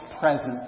presence